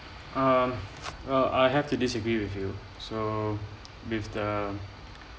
um uh I have to disagree with you so so with the